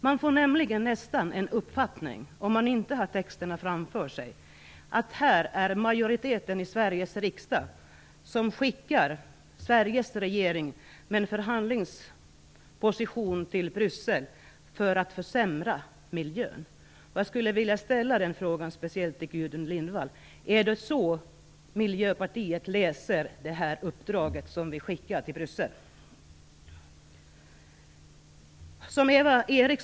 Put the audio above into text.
Om man inte har texterna framför sig får man nämligen uppfattningen att majoriteten i Sveriges riksdag skickar Sveriges regering till Bryssel med en förhandlingsposition som skulle försämra miljön. Jag skulle därför vilja ställa en fråga speciellt till Gudrun Lindvall: Är det så Miljöpartiet läser det uppdrag som vi skickar med regeringen till Bryssel?